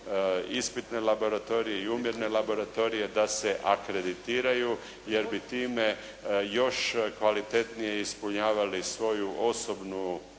ispitne laboratorije i umjerene laboratorije da se akreditiraju jer bi time još kvalitetnije ispunjavali svoju osobnu,